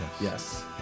Yes